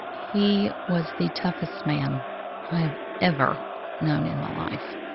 he was the toughest man i have ever known in my life.